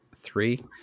three